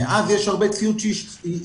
מאז יש הרבה ציוד שהתיישן,